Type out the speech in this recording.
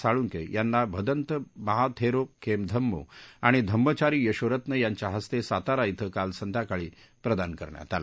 साळुंखे यांना भदंत महाथेरो खेमधम्मो आणि धम्मचारी यशोरत्न यांच्या हस्ते सातारा शि काल संध्याकाळी प्रदान करण्यात आला